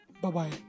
Bye-bye